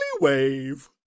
wave